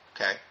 Okay